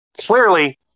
clearly